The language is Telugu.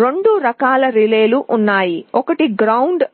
రెండు రకాల రిలేలు ఉన్నాయి ఒకటి గ్రౌండ్